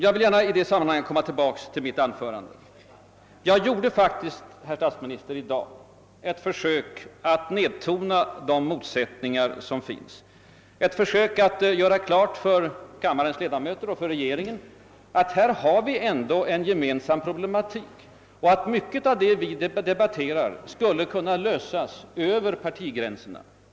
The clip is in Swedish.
Jag vill gärna i detta sammanhang komma tillbaka till mitt anförande i dag. Jag gjorde faktiskt, herr statsminister, ett försök att nedtona de motsättningar som finns, ett försök att göra klart för kammarens ledamöter och för regeringen, att här har vi ändå en gemensam problematik och att mycket av det vi debatterar skulle kunna lösas över partigränserna.